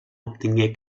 obtingué